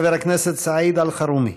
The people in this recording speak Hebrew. חבר הכנסת סעיד אלחרומי.